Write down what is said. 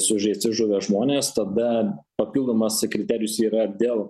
sužeisti žuvę žmonės tada papildomas kriterijus yra dėl